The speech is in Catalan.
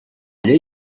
llei